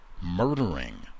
murdering